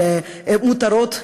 על מותרות,